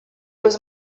was